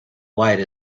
white